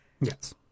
yes